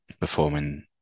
performing